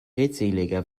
redseliger